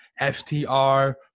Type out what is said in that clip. FTR